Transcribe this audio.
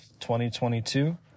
2022